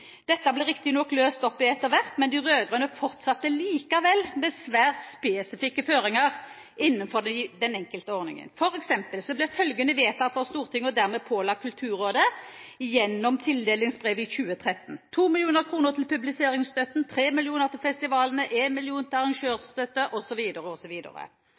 Dette ble det riktignok løst opp i etter hvert, men de rød-grønne fortsatte likevel med svært spesifikke føringer innenfor den enkelte ordningen. For eksempel ble følgende vedtatt av Stortinget og dermed pålagt Kulturrådet gjennom tildelingsbrev i 2013: 2 mill. kr til publiseringsstøtte, 3 mill. kr til festivalene, 1 mill. kr til